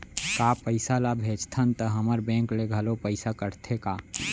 का पइसा ला भेजथन त हमर बैंक ले घलो पइसा कटथे का?